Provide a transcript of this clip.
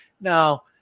Now